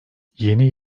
yeni